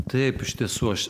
taip iš tiesų aš